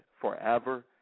forever